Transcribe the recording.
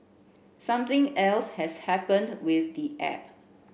something else has happened with the app